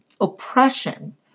Oppression